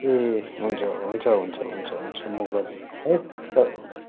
ए हुन्छ हुन्छ हुन्छ म गरिदिन्छु है